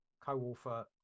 co-author